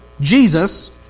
Jesus